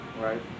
Right